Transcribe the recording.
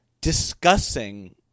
discussing